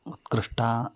उत्कृष्टम्